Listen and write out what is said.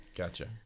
Gotcha